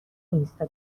اینستا